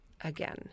again